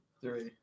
Three